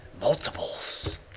Multiples